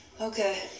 Okay